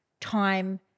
time